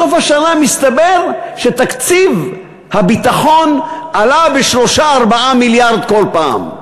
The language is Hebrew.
בסוף השנה מסתבר שתקציב הביטחון עלה ב-3 4 מיליארד כל פעם.